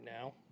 now